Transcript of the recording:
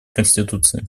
конституции